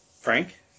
Frank